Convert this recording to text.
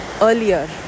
earlier